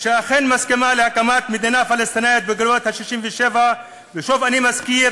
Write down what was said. שאכן מסכימה להקמת מדינה פלסטינית בגבולות 1967. ושוב אני מזכיר